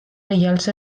reials